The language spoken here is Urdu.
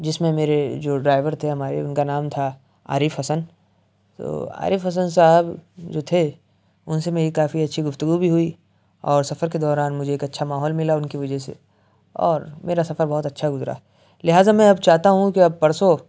جس میں میرے جو ڈرائیور تھے ہمارے ان کا نام تھا عارف حسن تو عارف حسن صاحب جو تھے ان سے میری کافی اچھی گفتگو بھی ہوئی اور سفر کے دوران مجھے ایک اچھا ماحول ملا ان کی وجہ سے اور میرا سفر بہت اچھا گزرا لہٰذا میں اب چاہتا ہوں کہ اب پرسوں